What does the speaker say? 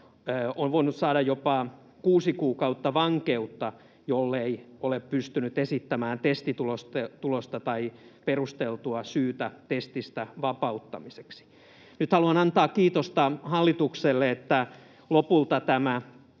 on voinut saada jopa kuusi kuukautta vankeutta, jollei ole pystynyt esittämään testitulosta tai perusteltua syytä testistä vapauttamiseksi. Nyt haluan antaa kiitosta hallitukselle, että lopulta tämä